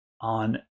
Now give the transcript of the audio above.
on